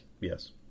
yes